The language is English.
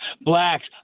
blacks